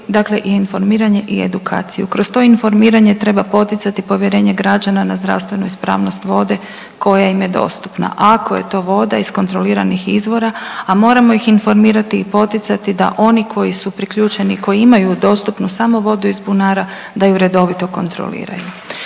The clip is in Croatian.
dakle i informiranje i edukaciju. Kroz to informiranje treba poticati povjerenje građana na zdravstvenu ispravnost vode koja im je dostupna, a ako je to voda iz kontroliranih izvora, a moramo ih informirati i poticati da oni koji su priključeni, koji imaju dostupnu samo vodu iz bunara da ju redovito kontroliraju.